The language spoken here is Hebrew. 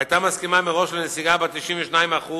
היתה מסכימה מראש לנסיגה בת 92%